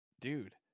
dude